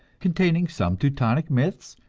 containing some teutonic myths,